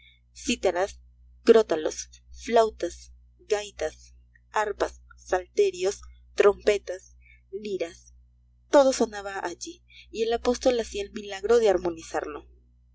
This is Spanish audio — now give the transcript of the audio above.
cítaras crótalos flautas gaitas arpas salterios trompetas liras todo sonaba allí y el apóstol hacía el milagro de armonizarlo